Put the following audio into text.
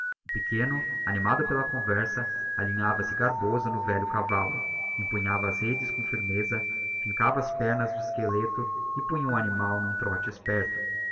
pequeno animado pela conversa alinhava se garboso no velho cavallo empunhava a s rédeas com firmeza fincava as pernas de esqueleto e punha o animal n'um trote esperto